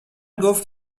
گفت